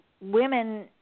women